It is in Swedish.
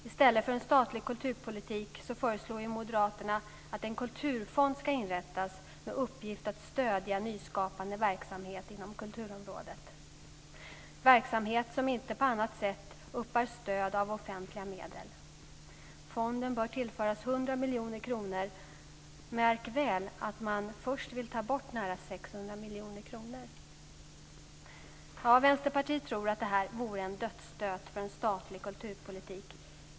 I stället för en statlig kulturpolitik föreslår moderaterna att en kulturfond ska inrättas med uppgift att stödja nyskapande verksamhet inom kulturområdet. Det är verksamhet som inte på annat sätt uppbär stöd av offentliga medel. Fonden bör tillföras 100 miljoner kronor, men märk väl att man först vill ta bort nära Vänsterpartiet tror att det vore en dödsstöt för en statlig kulturpolitik.